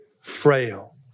frail